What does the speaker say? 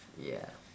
ya